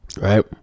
Right